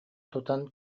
тутан